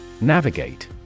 Navigate